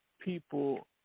people